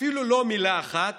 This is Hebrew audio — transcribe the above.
אפילו לא מילה אחת